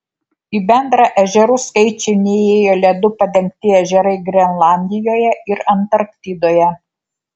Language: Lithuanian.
į bendrą ežerų skaičių neįėjo ledu padengti ežerai grenlandijoje ir antarktidoje